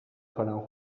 可能